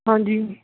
ਹਾਂਜੀ